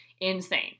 Insane